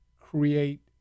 create